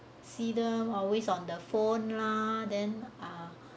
see the always on the phone lah then ah